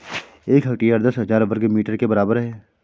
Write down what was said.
एक हेक्टेयर दस हजार वर्ग मीटर के बराबर है